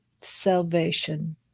salvation